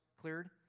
cleared